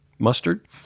mustard